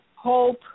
hope